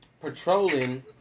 patrolling